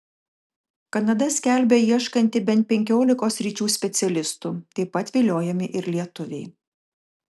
kanada skelbia ieškanti bent penkiolikos sričių specialistų taip pat viliojami ir lietuviai